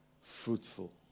fruitful